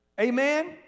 Amen